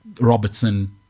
Robertson